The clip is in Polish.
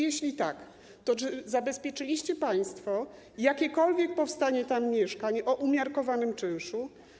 Jeśli tak, to czy zabezpieczyliście państwo w jakikolwiek sposób powstanie tam mieszkań o umiarkowanym czynszu?